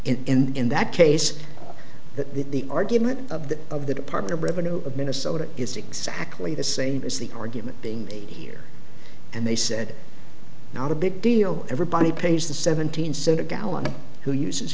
brain in that case that the argument of the of the department of revenue of minnesota is exactly the same as the argument being made here and they said not a big deal everybody pays the seventeen cents a gallon who uses